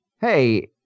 hey